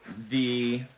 the